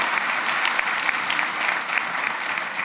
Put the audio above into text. (מחיאות כפיים)